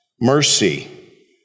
mercy